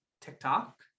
TikTok